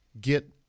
get